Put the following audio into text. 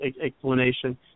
explanation